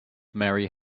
mary